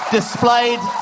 displayed